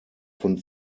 von